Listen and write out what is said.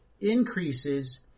increases